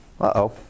Uh-oh